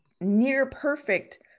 near-perfect